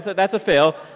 that's a fail.